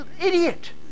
idiot